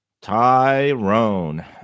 Tyrone